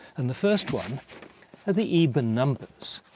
and the first one are the eban numbers.